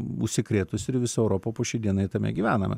užsikrėtusi ir visa europa po šiai dienai tame gyvename